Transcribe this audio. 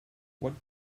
what